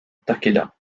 takeda